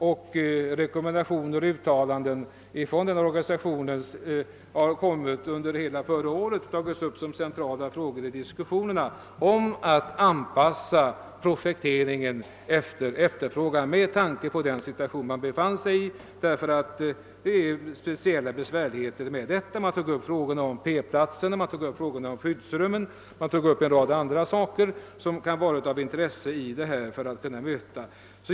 Dessa organisationer har också under hela förra året i rekommendationer och uttalanden tagit upp den centrala frågan att anpassa projekteringen till efterfrågan just med tanke på den besvärliga situation som uppstått. I den diskussionen togs även upp sådant som parkeringsplatser och skyddsrum och en hel del andra saker av intresse i detta sammanhang.